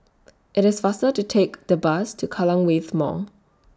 IT IS faster to Take The Bus to Kallang Wave Mall